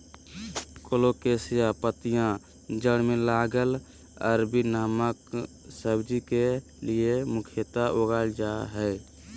colocasia पत्तियां जड़ में लगल अरबी नामक सब्जी के लिए मुख्यतः उगाल जा हइ